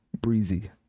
breezy